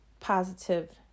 positive